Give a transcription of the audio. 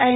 આઈ